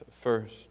first